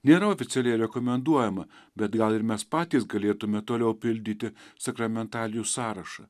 nėra oficialiai rekomenduojama bet gal ir mes patys galėtume toliau pildyti sakramentalijų sąrašą